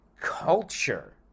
culture